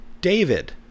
David